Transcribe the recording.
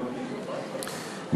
ההודעה הראשונה,